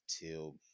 till